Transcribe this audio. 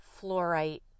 fluorite